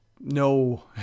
no